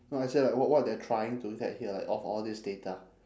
no as in like what what they are trying to get here like of all this data